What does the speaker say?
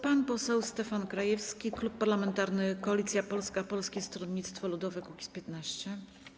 Pan poseł Stefan Krajewski, Klub Parlamentarny Koalicja Polska - Polskie Stronnictwo Ludowe - Kukiz15.